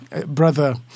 Brother